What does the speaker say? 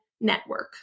network